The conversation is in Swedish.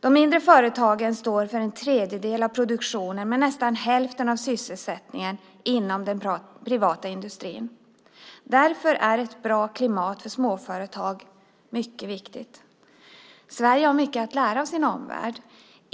De mindre företagen står för en tredjedel av produktionen men nästan hälften av sysselsättningen inom den privata industrin. Därför är ett bra klimat för småföretag mycket viktigt. Sverige har mycket att lära av sin omvärld.